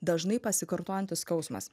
dažnai pasikartojantis skausmas